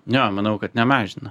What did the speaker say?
jo manau kad nemažina